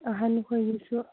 ꯑꯍꯟꯈꯣꯏꯒꯤꯁꯨ